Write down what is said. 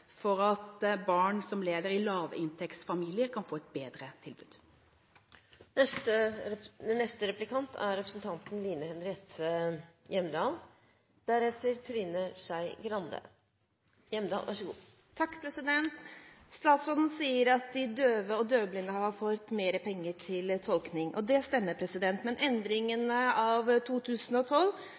for at barn som lever i lavinntektsfamilier, kan få et bedre tilbud. Statsråden sier at de døve og døvblinde har fått mer penger til tolking. Det stemmer. Men endringene av 2012